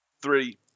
Three